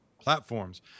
platforms